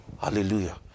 Hallelujah